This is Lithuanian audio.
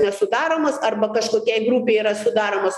nesudaromos arba kažkokiai grupei yra sudaromos